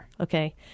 okay